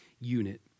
unit